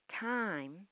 time